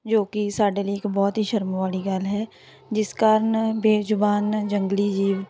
ਜੋ ਕਿ ਸਾਡੇ ਲਈ ਇੱਕ ਬਹੁਤ ਹੀ ਸ਼ਰਮ ਵਾਲੀ ਗੱਲ ਹੈ ਜਿਸ ਕਾਰਨ ਬੇਜ਼ੁਬਾਨ ਜੰਗਲੀ ਜੀਵ